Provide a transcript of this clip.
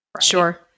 Sure